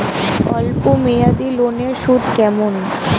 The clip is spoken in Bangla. অল্প মেয়াদি লোনের সুদ কেমন?